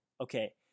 okay